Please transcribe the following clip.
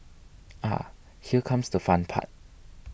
ah here comes the fun part